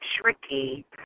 tricky